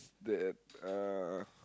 that uh